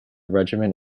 regiment